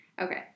Okay